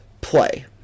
play